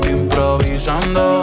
improvisando